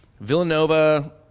Villanova